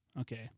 Okay